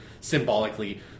symbolically